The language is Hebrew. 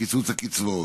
קיצוץ הקצבאות.